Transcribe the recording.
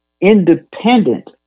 independent